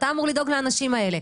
אתה אמור לדאוג לאנשים האלה.